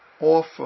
offer